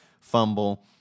fumble